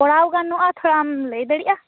ᱠᱚᱨᱟᱣ ᱜᱟᱱᱚᱜᱼᱟ ᱛᱷᱚᱲᱟᱢ ᱞᱮᱭ ᱫᱟᱲᱮᱭᱟᱜᱼᱟ